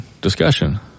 discussion